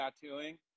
tattooing